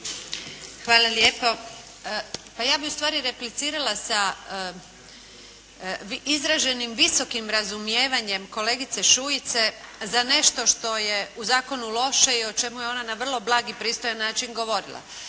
Hvala lijepo. Pa ja bih ustvari replicirala sa izraženim visokim razumijevanjem kolegice Šuice za nešto što je u zakonu loše i o čemu je ona na vrlo blag i pristojan način govorila